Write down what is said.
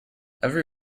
every